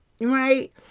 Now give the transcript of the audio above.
right